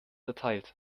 erteilt